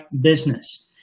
business